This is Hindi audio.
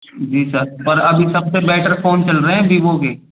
जी सर पर अभी सब से बेटर फ़ोन चल रहे हैं वीवो के